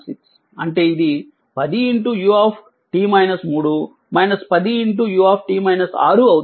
అంటే ఇది 10 u 10 u అవుతుంది